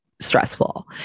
stressful